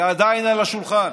היא עדיין על השולחן.